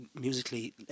musically